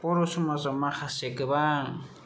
बर' समाजाव माखासे गोबां